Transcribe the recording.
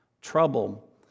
trouble